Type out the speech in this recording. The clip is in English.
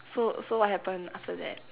so so what happen after that